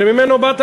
שממנו באת,